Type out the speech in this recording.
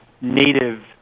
native